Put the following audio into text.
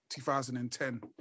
2010